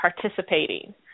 participating